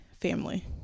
family